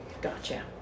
Gotcha